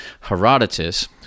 Herodotus